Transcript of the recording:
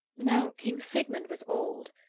now king sigmund was old,